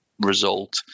result